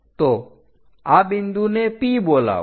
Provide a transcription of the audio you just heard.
તો આ બિંદુને P બોલાવો